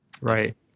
Right